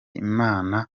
imana